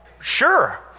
sure